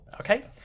Okay